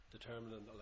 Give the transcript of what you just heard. Determinant